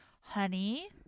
honey